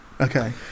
Okay